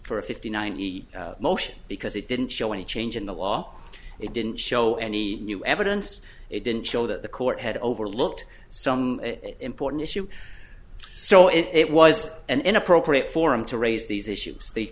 for a fifty nine the motion because it didn't show any change in the law it didn't show any new evidence it didn't show that the court had overlooked some important issue so it was an inappropriate forum to raise these issues